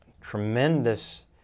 tremendous